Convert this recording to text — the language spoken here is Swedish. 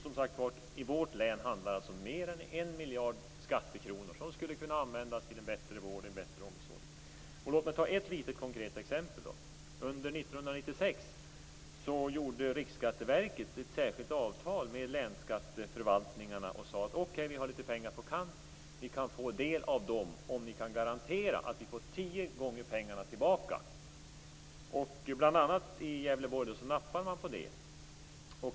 I vårt län handlar det alltså om mer än en miljard skattekronor som skulle kunna användas till en bättre vård och omsorg. Låt mig ta ett konkret exempel. Under 1996 gjorde Riksskatteverket ett särskilt avtal med länsskatteförvaltningarna där man sade: Okej, vi har litet pengar på kant. Ni kan få del av dem om ni kan garantera att vi får tio gånger pengarna tillbaka. Bl.a. i Gävleborg nappade man på det.